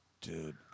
Dude